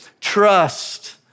trust